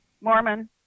Mormon